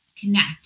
connect